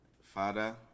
father